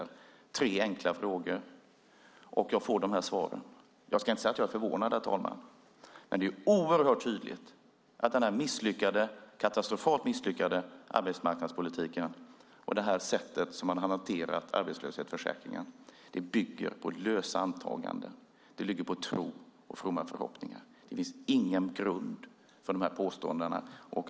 Jag får dessa svar. Jag ska inte säga att jag är förvånad, herr talman. Men det är oerhört tydligt att den katastrofalt misslyckade arbetsmarknadspolitiken och det sätt som man har hanterat arbetslöshetsförsäkringen på bygger på lösa antaganden. Det bygger på tro och fromma förhoppningar. Det finns ingen grund för påståendena.